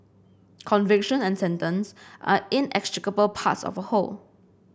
conviction and sentence are inextricable parts of a whole